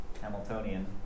Hamiltonian